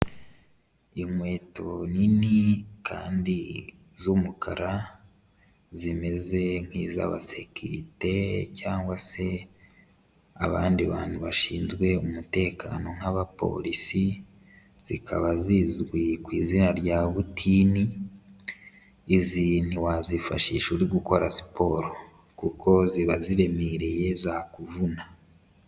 Inkweto nini kandi z'umukara zimeze nk'iz'abasekirite cyangwa se abandi bantu bashinzwe umutekano nk'abapolisi, zikaba zizwi ku izina rya butinini, izi ntiwazifashisha uri gukora siporo kuko ziba ziremereye zakuvuna.